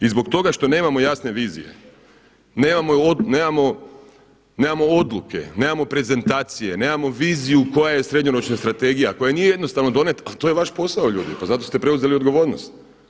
I zbog toga što nemamo jasne vizije, nemamo odluke, nemamo prezentacije, nemamo viziju koja je srednjoročna strategija koju nije jednostavno donijeti, a to je vaš posao ljudi pa zato ste preuzeli odgovornost.